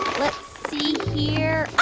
let's see here.